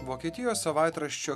vokietijos savaitraščio